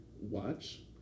watch